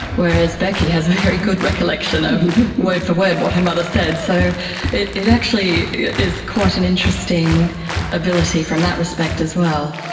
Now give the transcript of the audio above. whereas becky has very good recollection of word-for-word what her mother said. so it it actually is quite an interesting ability from that respect as well.